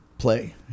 Play